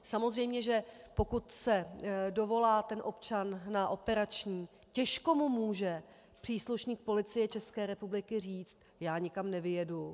Samozřejmě že pokud se dovolá občan na operační, těžko mu může příslušník Policie České republiky říct já nikam nevyjedu.